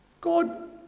God